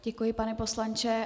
Děkuji, pane poslanče.